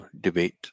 debate